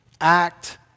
act